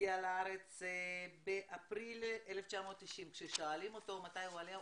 שהגיע לארץ באפריל 1990. כששואלים אותו מתי הוא עלה,